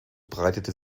breitete